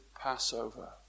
Passover